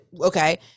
Okay